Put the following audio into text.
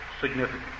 significant